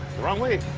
wrong way.